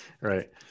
Right